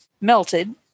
melted